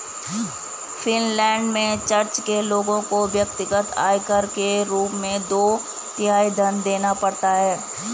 Finland में church के लोगों को व्यक्तिगत आयकर के रूप में दो तिहाई धन देना पड़ता है